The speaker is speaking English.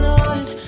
Lord